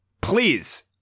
Please